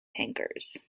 tankers